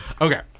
okay